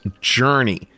Journey